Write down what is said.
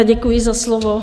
Děkuji za slovo.